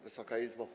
Wysoka Izbo!